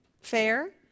fair